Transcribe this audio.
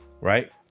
right